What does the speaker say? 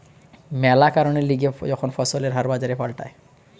ম্যালা কারণের লিগে যখন ফসলের হার বাজারে পাল্টায়